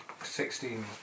Sixteen